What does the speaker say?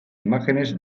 imágenes